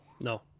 No